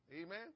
Amen